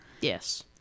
yes